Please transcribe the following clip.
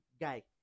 guy